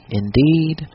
indeed